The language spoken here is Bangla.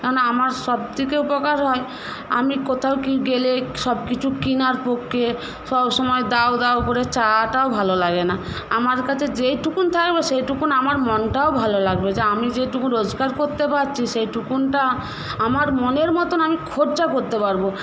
কেননা আমার সব থেকে উপকার হয় আমি কোথাও গেলে সবকিছু কেনার পক্ষে সব সময় দাও দাও করে চাওয়াটাও ভালো লাগে না আমার কাছে যেইটুকু থাকবে সেইটুকু আমার মনটাও ভালো লাগবে যে আমি যেইটুকুন রোজগার করতে পারছি সেইটুকুটা আমার মনের মতন আমি খরচা করতে পারবো